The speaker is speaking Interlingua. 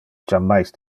jammais